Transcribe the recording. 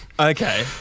Okay